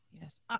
Yes